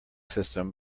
system